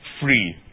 free